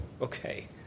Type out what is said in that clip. okay